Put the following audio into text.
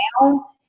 now